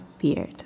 beard